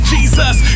Jesus